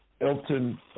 elton